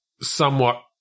somewhat